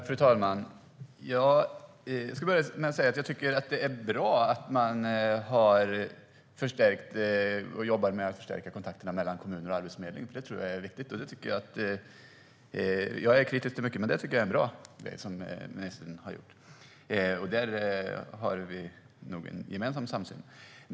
Fru talman! Jag ska börja med att säga att jag tycker att det är bra att man har förstärkt och jobbar med att förstärka kontakterna mellan kommuner och Arbetsförmedlingen. Det tror jag är riktigt. Jag är kritisk till mycket, men detta tycker jag är en bra sak som ministern har gjort. Där har vi nog en samsyn.